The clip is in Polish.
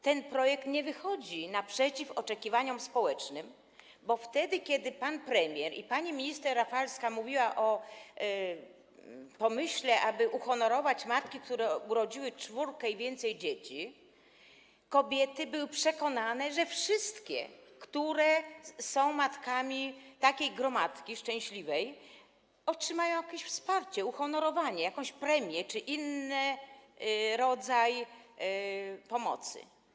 Ten projekt nie wychodzi naprzeciw oczekiwaniom społecznym, bo wtedy, kiedy pan premier i pani minister Rafalska mówili o pomyśle, aby uhonorować matki, które urodziły czwórkę i więcej dzieci, kobiety były przekonane, że wszystkie, które są matkami takiej gromadki szczęśliwej, otrzymają jakieś wsparcie, uhonorowanie, jakąś premię czy inny rodzaj pomocy.